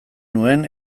nuen